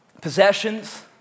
Possessions